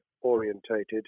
orientated